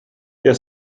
had